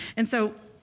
and so,